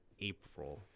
april